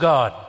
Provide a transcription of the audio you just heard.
God